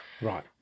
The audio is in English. Right